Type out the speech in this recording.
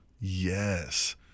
Yes